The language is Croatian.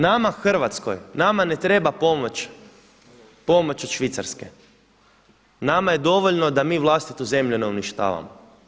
Nama Hrvatskoj, nama ne treba pomoć, pomoć od Švicarske, nama je dovoljno da mi vlastitu zemlju ne uništavamo.